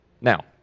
Now